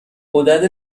غدد